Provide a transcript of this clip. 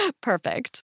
perfect